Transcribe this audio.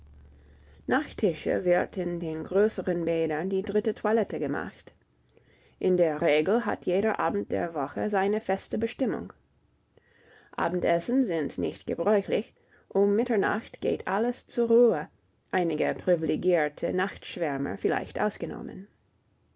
nach tische wird in den größeren bädern die dritte toilette gemacht in der regel hat jeder abend der woche seine feste bestimmung abendessen sind nicht gebräuchlich um mitternacht geht alles zur ruhe einige privilegierte nachtschwärmer vielleicht ausgenommen